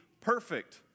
perfect